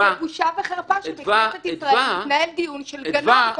זה בושה וחרפה שבכנסת ישראל מתנהל דיון של גנון,